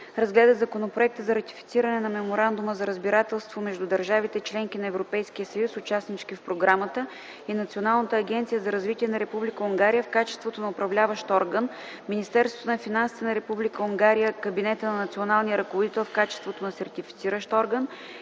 разгледа Законопроект за ратифициране на Меморандума за разбирателство между държавите – членки на Европейския съюз, участнички в програмата, и Националната агенция за развитие на Република Унгария в качеството на Управляващ орган, Министерството на финансите на Република Унгария – Кабинета на Националния ръководител в качеството на Сертифициращ орган,